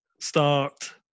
start